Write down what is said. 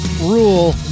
Rule